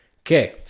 Okay